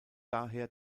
daher